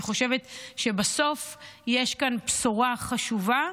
אני חושבת שבסוף יש כאן בשורה חשובה,